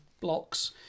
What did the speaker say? blocks